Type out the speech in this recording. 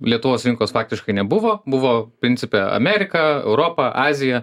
lietuvos rinkos faktiškai nebuvo buvo principe amerika europa azija